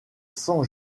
cent